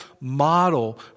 model